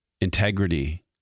integrity